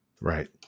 Right